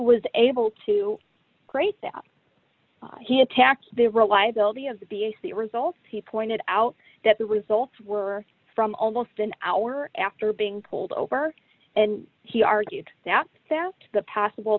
was able to great that he attacked their reliability of the b a c results he pointed out that the results were from almost an hour after being pulled over and he argued that sapped the possible